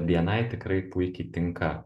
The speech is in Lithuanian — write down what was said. bni tikrai puikiai tinka